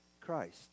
Christ